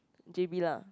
j_b lah